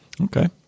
Okay